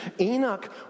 Enoch